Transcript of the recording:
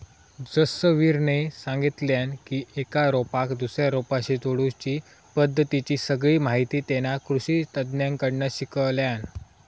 जसवीरने सांगितल्यान की एका रोपाक दुसऱ्या रोपाशी जोडुची पद्धतीची सगळी माहिती तेना कृषि तज्ञांकडना शिकल्यान